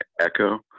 echo